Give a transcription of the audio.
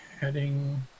heading